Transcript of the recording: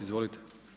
Izvolite.